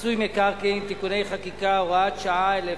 מיסוי מקרקעין (תיקוני חקיקה) (הוראות שעה),